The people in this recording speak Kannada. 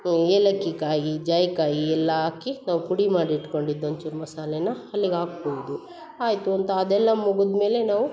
ಏಲಕ್ಕಿಕಾಯಿ ಜಾಯ್ಕಾಯಿ ಎಲ್ಲ ಹಾಕಿ ನಾವು ಪುಡಿ ಮಾಡಿಟ್ಕೊಂಡಿದ್ದು ಒಂಚೂರು ಮಸಾಲೆನ ಅಲ್ಲಿಗೆ ಹಾಕ್ಬೌದು ಆಯಿತು ಅಂತ ಅದೆಲ್ಲ ಮುಗಿದ ಮೇಲೆ ನಾವು